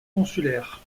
consulaire